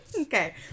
Okay